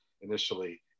initially